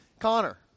Connor